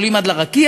עולים עד לרקיע,